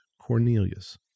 Cornelius